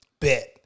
Bet